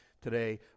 today